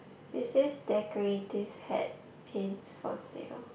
it says decorative hat paints for sale